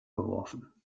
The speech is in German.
geworfen